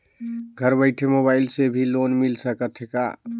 घर बइठे मोबाईल से भी लोन मिल सकथे का?